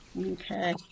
Okay